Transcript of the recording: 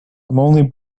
only